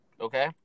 Okay